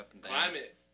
climate